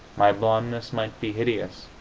my blondeness might be hideous,